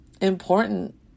important